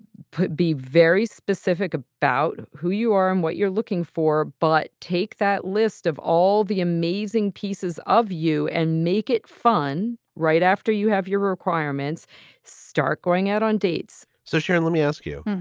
be very specific about who you are and what you're looking for. but take that list of all the amazing pieces of you and make it fun right after you have. your requirements start going out on dates so, sharon, let me ask you.